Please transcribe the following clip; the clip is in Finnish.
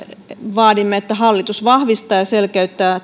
vaadimme että hallitus vahvistaa ja selkeyttää